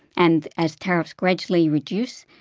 and as tariffs gradually reduce,